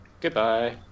Goodbye